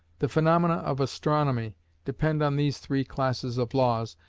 the phaenomena of astronomy depend on these three classes of laws,